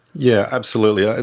yeah absolutely, ah